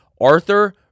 Arthur